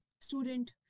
student